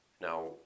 Now